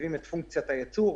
שמרכיבים את פונקציית הייצור,